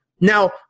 Now